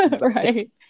Right